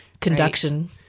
conduction